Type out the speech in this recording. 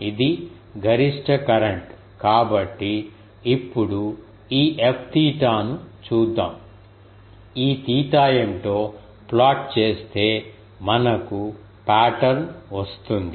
ఇది గరిష్ట కరెంట్ కాబట్టి ఇప్పుడు ఈ Fθ ను చూద్దాం ఈ తీటా ఏమిటో ప్లాట్ చేస్తే మనకు పాటర్న్ వస్తుంది